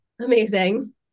amazing